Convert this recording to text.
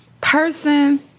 person